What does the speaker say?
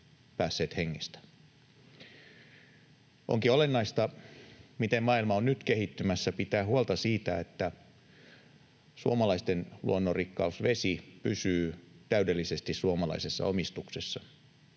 päässeet hengestään. Onkin olennaista, miten maailma on nyt kehittymässä. Pitää pitää huolta siitä, että suomalaisten luonnonrikkaus, vesi, pysyy täydellisesti suomalaisessa omistuksessa.